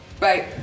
Right